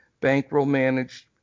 bankroll-managed